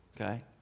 Okay